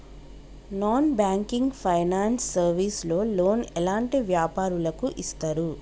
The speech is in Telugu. నాన్ బ్యాంకింగ్ ఫైనాన్స్ సర్వీస్ లో లోన్ ఎలాంటి వ్యాపారులకు ఇస్తరు?